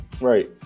Right